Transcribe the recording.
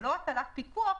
ולא הטלת פיקוח,